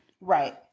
right